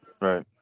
Right